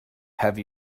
have